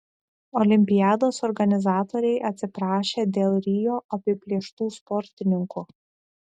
olimpiados organizatoriai atsiprašė dėl rio apiplėštų sportininkų